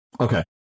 Okay